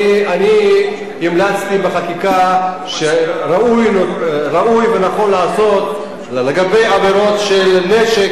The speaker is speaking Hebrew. אני המלצתי בחקיקה שראוי ונכון לעשות לגבי עבירות של נשק,